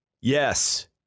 Yes